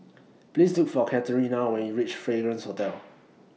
Please Look For Katerina when YOU REACH Fragrance Hotel